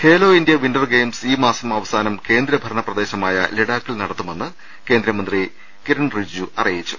Khelo India winter games ഈ മാസം അവസാനം കേന്ദ്ര ഭരണ പ്രദേശമായ ലഡാക്കിൽ നടത്തുമെന്ന് കേന്ദ്ര മന്ത്രി കിരൺ റിജ്ജു അറിയിച്ചു